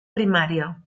primària